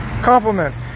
compliments